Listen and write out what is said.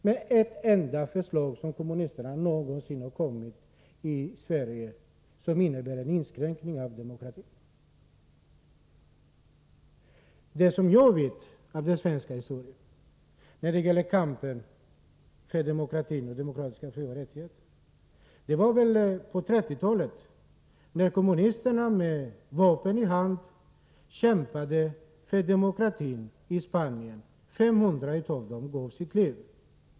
Nämn ett enda förslag som kommunisterna i Sverige har lagt fram och som innebär en inskränkning av demokratin! Vad jag känner till när det gäller kampen för demokrati och demokratiska frioch rättigheter är kommunisternas kamp på 1930-talet. Med vapen i hand kämpade man för demokratin i Spanien. 500 människor offrade sina liv.